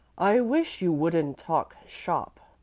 i wish you wouldn't talk shop,